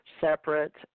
separate